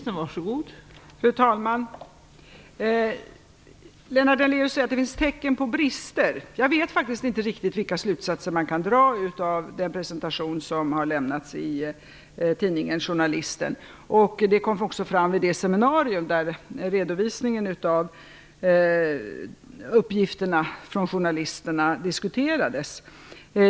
Fru talman! Lennart Daléus säger att det finns tecken på brister. Jag vet faktiskt inte riktigt vilka slutsatser man kan dra av den presentation som har lämnats i tidningen Journalisten. Det kom också fram vid det seminarium där redovisningen av uppgifterna från journalisterna diskuterades.